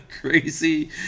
crazy